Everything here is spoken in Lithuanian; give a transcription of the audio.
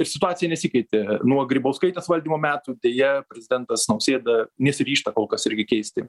ir situacija nesikeitė nuo grybauskaitės valdymo metų deja prezidentas nausėda nesiryžta kol kas irgi keisti